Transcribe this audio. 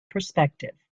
perspective